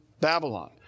Babylon